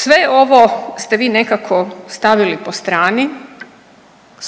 Sve ovo ste vi nekako stavili po strani,